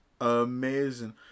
amazing